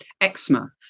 eczema